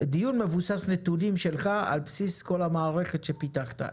דיון מבוסס נתונים שלך על בסיס כל המערכת שפיתחת,